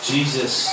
Jesus